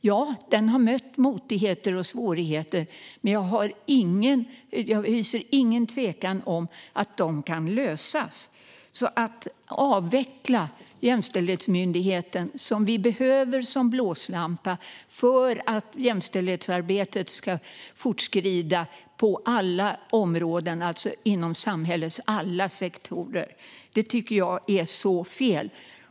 Ja, den har mött motigheter och svårigheter, men jag hyser ingen tvekan om att dessa kan lösas. Att avveckla Jämställdhetsmyndigheten, som vi behöver som blåslampa för att jämställdhetsarbetet ska fortskrida på alla områden och inom samhällets alla sektorer, tycker jag är fel.